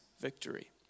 victory